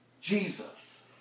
Jesus